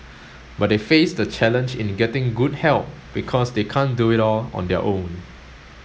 but they face the challenge in getting good help because they can't do it all on their own